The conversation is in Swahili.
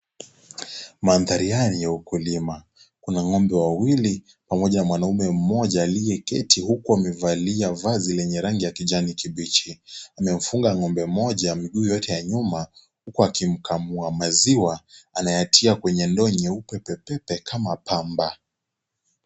Mandhari haya ni ya ukulima. Kuna ngombe wawili pamoja na mwanaume mmoja aliyeketi huku amevalia vazi lenye rangi ya kijani kibichi . Amemfunga ngombe moja mguu yote ya nyuma huku akimkamua maziwa anayatia kwenye ndoo nyeupe pepepe kama pamba.